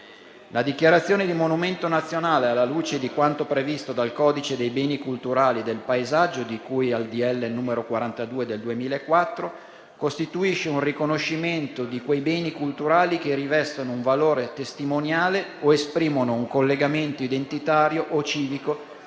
La dichiarazione di monumento nazionale, alla luce di quanto previsto dal codice dei beni culturali e del paesaggio, di cui al decreto legislativo n. 42 del 2004, costituisce un riconoscimento di quei beni culturali che rivestono un valore testimoniale o esprimono un collegamento identitario o civico